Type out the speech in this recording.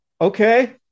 Okay